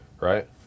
right